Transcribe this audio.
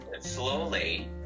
slowly